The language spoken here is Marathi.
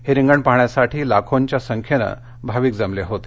हे रिंगण पाहण्यासाठी लाखोंच्या संख्येनं भाविक जमले होते